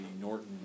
Norton